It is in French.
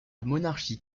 monarchie